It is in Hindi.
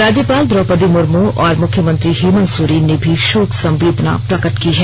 राज्यपाल द्रौपदी मुर्मू और मुख्यमंत्री हेमंत सोरेन ने भी शोक संवेदना प्रकट की है